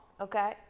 Okay